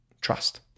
Trust